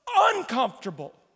uncomfortable